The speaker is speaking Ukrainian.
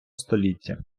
століття